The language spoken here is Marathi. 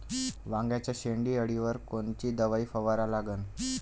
वांग्याच्या शेंडी अळीवर कोनची दवाई फवारा लागन?